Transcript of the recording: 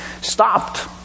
stopped